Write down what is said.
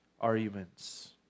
arguments